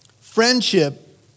Friendship